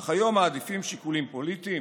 אך היום מעדיפים שיקולים פוליטיים.